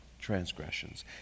transgressions